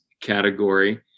category